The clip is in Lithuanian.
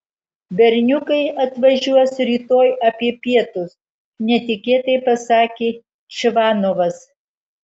berniukai atvažiuos rytoj apie pietus netikėtai pasakė čvanovas